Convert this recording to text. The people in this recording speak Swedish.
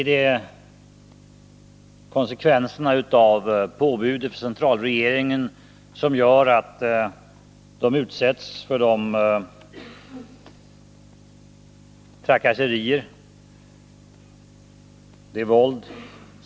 Är det konsekvenserna av påbud från centralregeringen som gör att de utsätts för trakasserier och våld?